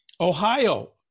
Ohio